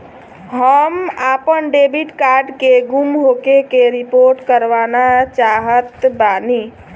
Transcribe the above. हम आपन debit card के गुम होखे के रिपोर्ट करवाना चाहत बानी